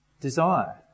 desire